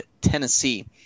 Tennessee